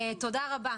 תודה רבה.